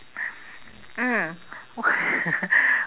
mm what